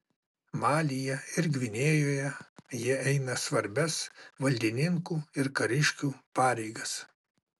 malyje ir gvinėjoje jie eina svarbias valdininkų ir kariškių pareigas